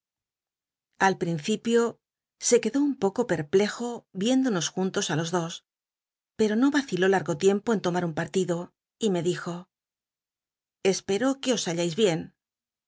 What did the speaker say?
al principio se quedó un poco pel'plcjo viéndonos juntos a los dos pero no vaciló largo tiempd en tomat un p wtido y me dijo espero que os hallais bien